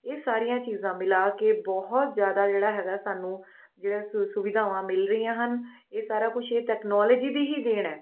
ਇਹ ਸਾਰੀਆਂ ਚੀਜ਼ਾਂ ਮਿਲਾ ਕੇ ਬਹੁਤ ਜ਼ਿਆਦਾ ਜਿਹੜਾ ਹੈਗਾ ਸਾਨੂੰ ਜਿਹੜਾ ਸੁ ਸੁਵਿਧਾਵਾਂ ਮਿਲ ਰਹੀਆਂ ਹਨ ਇਹ ਸਾਰਾ ਕੁਝ ਇਹ ਤਕਨਾਲੋਜੀ ਦੀ ਹੀ ਦੇਣ ਹੈ